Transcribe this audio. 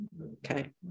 Okay